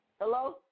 Hello